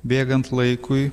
bėgant laikui